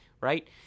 right